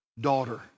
Daughter